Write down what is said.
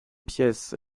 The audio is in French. pièce